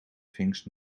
thinks